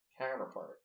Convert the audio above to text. counterpart